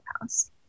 House